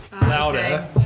louder